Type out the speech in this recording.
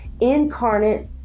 incarnate